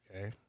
Okay